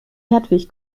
hertwig